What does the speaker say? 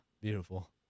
Beautiful